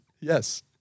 Yes